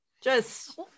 Just-